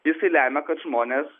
jisai lemia kad žmonės